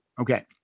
Okay